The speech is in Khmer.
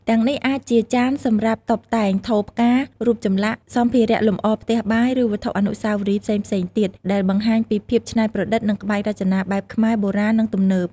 ទាំងនេះអាចជាចានសម្រាប់តុបតែង ថូផ្កា រូបចម្លាក់ សម្ភារៈលម្អផ្ទះបាយ ឬវត្ថុអនុស្សាវរីយ៍ផ្សេងៗទៀត ដែលបង្ហាញពីភាពច្នៃប្រឌិត និងក្បាច់រចនាបែបខ្មែរ បុរាណ និងទំនើប។